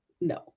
no